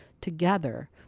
together